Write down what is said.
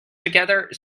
together